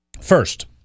First